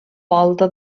volta